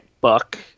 Buck